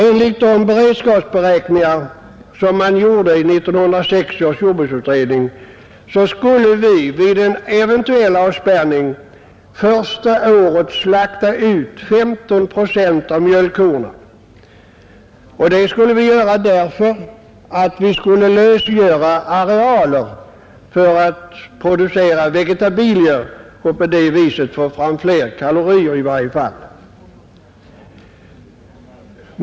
Enligt de beredskapsberäkningar som gjordes i 1960 års jordbruksutredning skulle vi vid en eventuell avspärrning första året slakta ut 15 procent av mjölkkorna. Det skulle vi göra för att lösgöra arealer för produktion av vegetabilier och på det sättet i varje fall få fram fler kalorier.